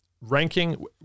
ranking